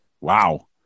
Wow